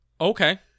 Okay